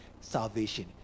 salvation